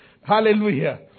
Hallelujah